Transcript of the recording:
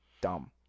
Dumb